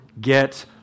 get